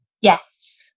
Yes